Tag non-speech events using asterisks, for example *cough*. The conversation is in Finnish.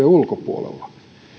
*unintelligible* ulkopuolella